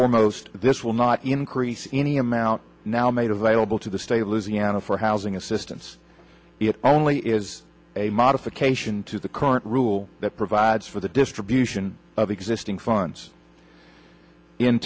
foremost this will not increase any amount now made available to the state of louisiana for housing assistance it only is a modification to the current rule that provides for the distribution of existing funds in